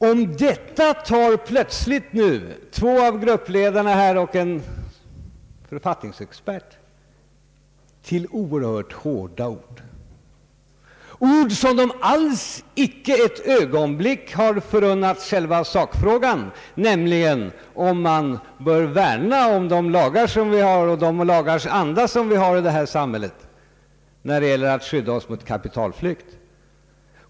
Om detta tar nu plötsligt två av gruppledarna här och en författningsexpert till oerhört hårda ord, ord som de inte ens ett ögonblick har förunnat själva sakfrågan, som gäller om man bör värna om de lagar och andan hos de lagar som vi har i samhället för att skydda oss mot kapitalflykt.